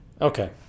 Okay